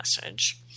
message